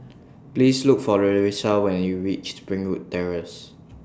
Please Look For Larissa when YOU REACH Springwood Terrace